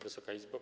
Wysoka Izbo!